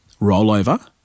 rollover